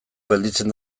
gelditzen